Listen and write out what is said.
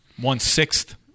one-sixth